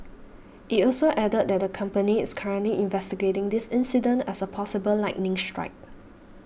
it also added that the company is currently investigating this incident as a possible lightning strike